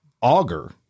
Auger